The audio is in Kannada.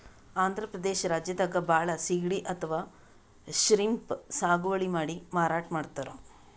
ಆಂಧ್ರ ಪ್ರದೇಶ್ ರಾಜ್ಯದಾಗ್ ಭಾಳ್ ಸಿಗಡಿ ಅಥವಾ ಶ್ರೀಮ್ಪ್ ಸಾಗುವಳಿ ಮಾಡಿ ಮಾರಾಟ್ ಮಾಡ್ತರ್